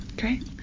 Great